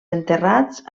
enterrats